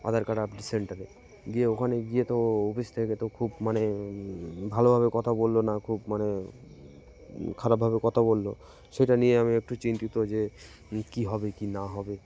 আধার card update সেন্টারে গিয়ে ওখানে গিয়ে তো অফিস থেকে তো খুব মানে ভালোভাবে কথা বললো না খুব মানে খারাপভাবে কথা বললো সেটা নিয়ে আমি একটু চিন্তিত যে কী হবে কী না হবে